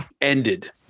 ended